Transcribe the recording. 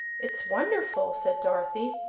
it's wonderful! said dorothy.